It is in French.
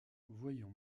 voyons